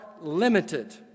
limited